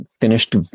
finished